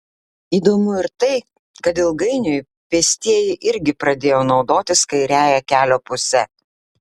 įdomu ir tai kad ilgainiui pėstieji irgi pradėjo naudotis kairiąja kelio puse